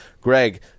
Greg